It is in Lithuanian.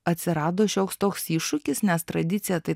atsirado šioks toks iššūkis nes tradicija tai